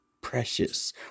precious